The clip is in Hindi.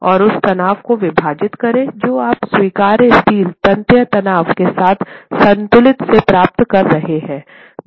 और उस तनाव को विभाजित करें जो आप स्वीकार्य स्टील तन्यता तनाव के साथ संतुलन से प्राप्त कर रहे हैं